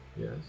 Yes